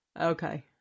Okay